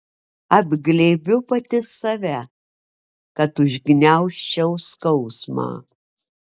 apglėbiu pati save kad užgniaužčiau skausmą